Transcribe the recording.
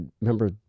remember